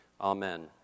Amen